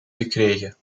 gekregen